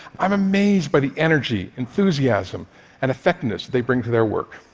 i'm amazed by the energy, enthusiasm and effectiveness they bring to their work.